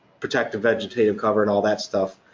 protective vegetative cover and all that stuff,